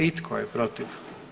I tko je protiv?